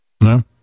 No